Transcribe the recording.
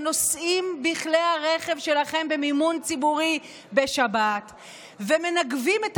נוסעים בכלי הרכב שלכם במימון ציבורי בשבת ומנגבים את